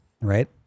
right